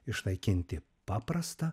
išnaikinti paprasta